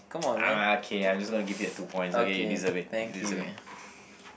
um okay I'm just gonna give you that two points okay you deserve it you deserve it